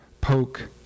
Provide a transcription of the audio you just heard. poke